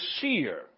seer